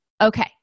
Okay